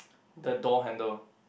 the door handle